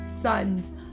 son's